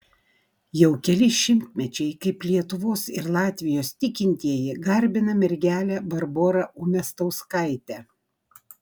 jau keli šimtmečiai kaip lietuvos ir latvijos tikintieji garbina mergelę barborą umiastauskaitę